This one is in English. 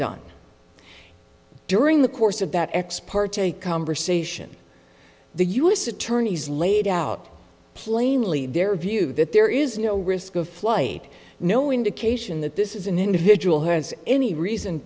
done during the course of that ex parte conversation the u s attorneys laid out plainly their view that there is no risk of flight no indication that this is an individual has any reason